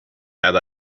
had